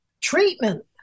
treatment